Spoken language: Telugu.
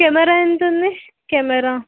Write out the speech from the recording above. కెమెరా ఎంత ఉంది కెమెరా